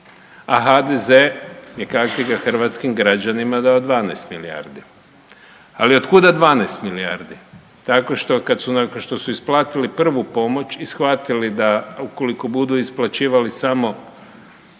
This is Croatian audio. a HDZ-e je kakti ga hrvatskim građanima dao 12 milijardi. Ali od kuda 12 milijardi? Tako što kad su isplatili prvu pomoć i shvatili da ukoliko budu isplaćivali samo